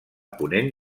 ponent